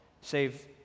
save